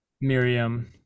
Miriam